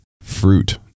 fruit